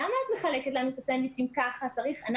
למה את מחלקת לנו את הסנדוויצ'ים ככה?" הם